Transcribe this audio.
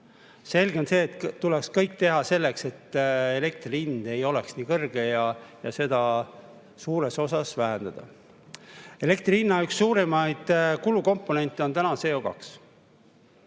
Selge on see, et tuleks teha kõik selleks, et elektri hind ei oleks nii kõrge ja seda suures osas vähendada. Elektri hinna üks suurimaid kulukomponente praegu on CO2.